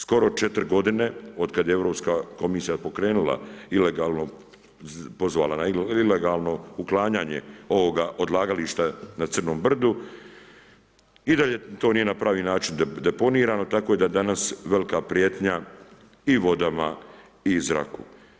Skoro 4 godine od kad je Europska komisija pokrenula ilegalno pozvala, pozvala na ilegalno uklanjanje ovoga odlagališta na Crnom brdu i dalje to nije na pravi način deponirano, tako da danas velika prijetnja i vodama i zraku.